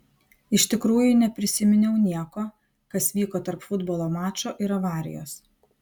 iš tikrųjų neprisiminiau nieko kas vyko tarp futbolo mačo ir avarijos